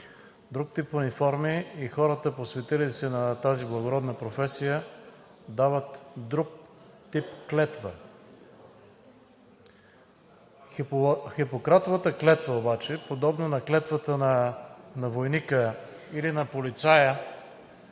друг тип униформи и хората, посветили се на тази благородна професия, дават друг тип клетва. Хипократовата клетва обаче подобно на клетвата на войника или на полицая